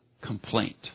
complaint